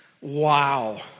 wow